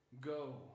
Go